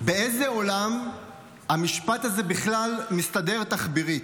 באיזה עולם המשפט הזה בכלל מסתדר תחבירית?